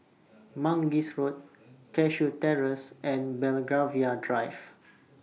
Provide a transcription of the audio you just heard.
Mangis Road Cashew Terrace and Belgravia Drive